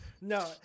no